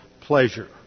pleasure